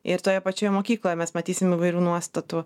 ir toje pačioje mokykloje mes matysim įvairių nuostatų